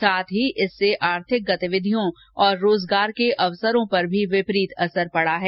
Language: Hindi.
साथ ही इससे आँर्थिक गतिविधियों और रोजगार के अवसरों पर भी विपरीत असर पड रहा है